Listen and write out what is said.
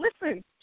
listen